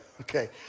okay